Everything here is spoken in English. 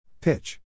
Pitch